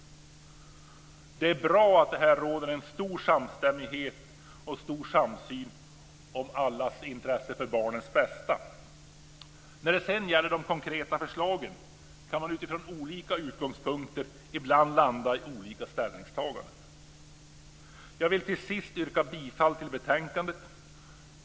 Det är bra att det här råder en stor samstämmighet och stor samsyn i allas intresse för barnens bästa. När det gäller de konkreta förslagen kan man utifrån olika utgångspunkter ibland landa i olika ställningstaganden. Till sist vill jag yrka bifall till hemställan i betänkandet.